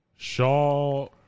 Shaw